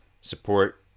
Support